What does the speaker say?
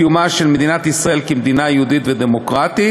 את קיומה של מדינת ישראל כמדינה יהודית ודמוקרטית,